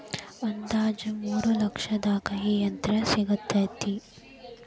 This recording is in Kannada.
ಅಂದಾಜ ಮೂರ ಲಕ್ಷದಾಗ ಈ ಯಂತ್ರ ಸಿಗತತಿ